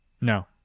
No